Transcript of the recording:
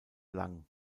lang